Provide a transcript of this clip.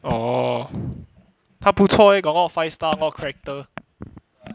orh 他不错 eh got all the five star more character